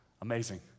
Amazing